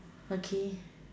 okay